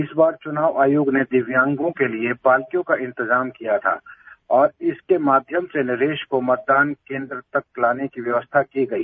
इस बार चुनाव आयोग ने दिव्यांगों के लिए पालकियों का इंतजाम किया था और इसके माध्यम से नरेश को मतदान केंद्र तक लाने की व्यवस्था की गई